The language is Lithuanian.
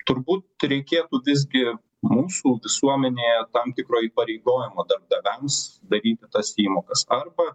turbūt reikėtų visgi mūsų visuomenėje tam tikro įpareigojimo darbdaviams daryti tas įmokas arba